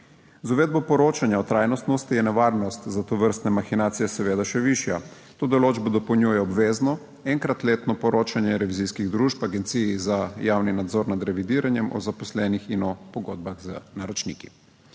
Z uvedbo poročanja o trajnostnosti je nevarnost za tovrstne mahinacije seveda še višja. To določbo dopolnjuje obvezno enkrat letno poročanje revizijskih družb Agenciji za javni nadzor nad revidiranjem o zaposlenih in o pogodbah z naročniki.